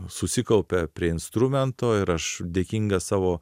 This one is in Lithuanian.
susikaupia prie instrumento ir aš dėkinga savo